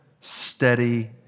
steady